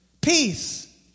peace